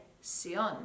sion